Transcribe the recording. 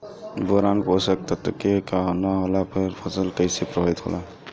Boron पोषक तत्व के न होला से फसल कइसे प्रभावित होला?